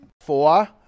four